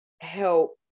help